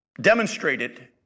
demonstrated